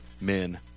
men